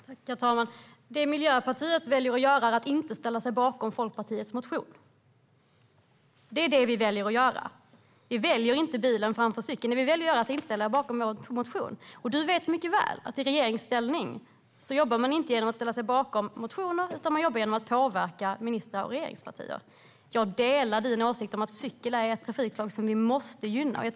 Herr talman! Det Miljöpartiet väljer att göra är att inte ställa sig bakom Folkpartiets motion. Det är det vi väljer att göra. Vi väljer inte bilen framför cykeln. Du vet mycket väl, Robert Hannah, att i regeringsställning jobbar man inte genom att ställa sig bakom motioner. Man jobbar genom att påverka ministrar och regeringspartier. Jag delar din åsikt att cykel är ett trafikslag som vi måste gynna.